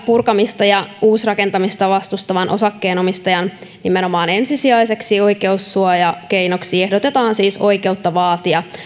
purkamista ja uusrakentamista vastustavan osakkeenomistajan nimenomaan ensisijaiseksi oikeussuojakeinoksi ehdotetaan siis oikeutta vaatia